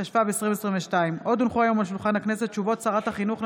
התשפ"ב 2022. הודעות שרת החינוך על